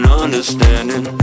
understanding